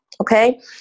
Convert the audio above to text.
okay